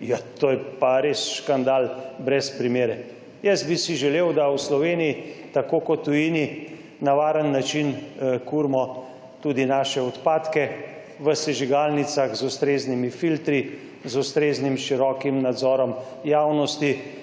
Ja, to je pa res škandal brez primere! Jaz bi si želel, da v Sloveniji tako kot v tujini na varen način kurimo tudi naše odpadke v sežigalnicah z ustreznimi filtri, z ustreznim širokim nadzorom javnosti.